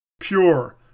pure